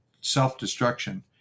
self-destruction